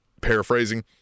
Paraphrasing